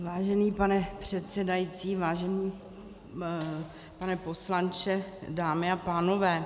Vážený pane předsedající, vážený pane poslanče, dámy a pánové.